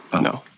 no